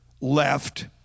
left